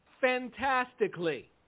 fantastically